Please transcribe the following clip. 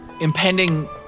impending